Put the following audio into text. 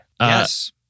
Yes